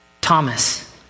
Thomas